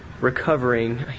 recovering